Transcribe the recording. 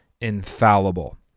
infallible